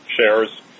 shares